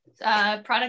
Product